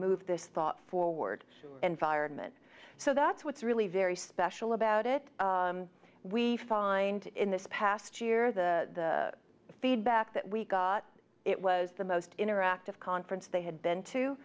move this thought forward and vironment so that's what's really very special about it we find in this past year the feedback that we got it was the most interactive conference they had been to